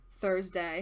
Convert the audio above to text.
Thursday